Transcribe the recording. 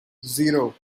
zero